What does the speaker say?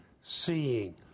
seeing